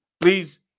Please